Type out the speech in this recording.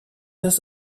dass